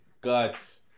Guts